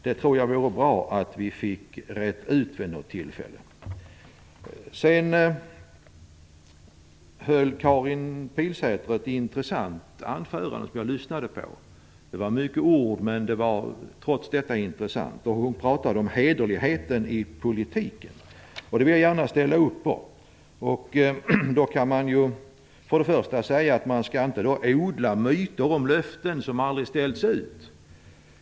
Det tror vore bra om vi fick utrett vid något tillfälle. Karin Pilsäter höll ett intressant anförande som jag lyssnade på. Det var många ord, men det var trots detta intressant. Hon talade om hederligheten i politiken, och det vill jag gärna ställa upp på. Då skall man först och främst inte odla myter om löften som aldrig ställs ut.